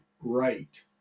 right